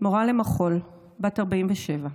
מורה למחול בת 47: